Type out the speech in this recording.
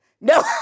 No